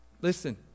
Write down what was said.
Listen